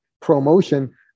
promotion